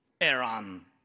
Iran